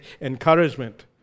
encouragement